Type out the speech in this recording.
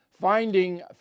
Finding